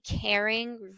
caring